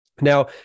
Now